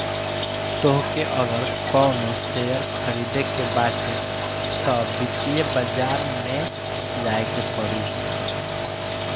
तोहके अगर कवनो शेयर खरीदे के बाटे तअ वित्तीय बाजार में जाए के पड़ी